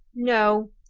no!